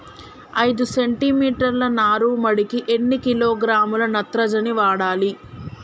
ఐదు సెంటి మీటర్ల నారుమడికి ఎన్ని కిలోగ్రాముల నత్రజని వాడాలి?